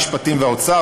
המשפטים והאוצר.